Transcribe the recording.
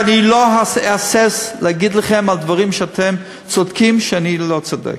ואני לא אהסס להגיד לכם על דברים שאתם צודקים בהם שאני לא צודק.